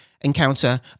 encounter